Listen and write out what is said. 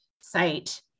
site